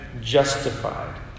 justified